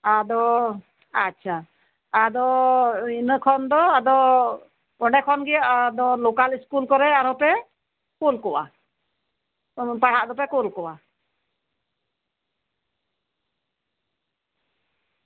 ᱟᱫᱚ ᱟᱪᱪᱷᱟ ᱟᱫᱚ ᱤᱱᱟᱹ ᱠᱷᱚᱱ ᱜᱮ ᱚᱸᱰᱮ ᱠᱷᱚᱱ ᱜᱮ ᱞᱳᱠᱟᱞ ᱤᱥᱠᱩᱞ ᱠᱚᱨᱮ ᱟᱫᱚᱯᱮ ᱠᱩᱞ ᱠᱚᱣᱟ ᱯᱟᱲᱦᱟᱜ ᱫᱚᱯᱮ ᱠᱩᱞ ᱠᱚᱣᱟ